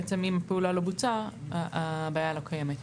בעצם אם הפעולה לא בוצעה הבעיה לא קיימת.